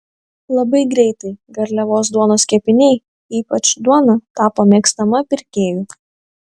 labai greitai garliavos duonos kepiniai ypač duona tapo mėgstama pirkėjų